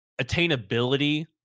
attainability